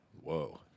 Whoa